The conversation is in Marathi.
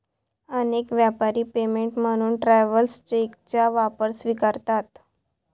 अनेक व्यापारी पेमेंट म्हणून ट्रॅव्हलर्स चेकचा वापर स्वीकारतात